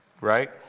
right